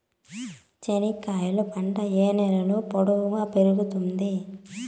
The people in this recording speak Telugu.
చెనక్కాయలు పంట ఏ నేలలో పొడువుగా పెరుగుతుంది?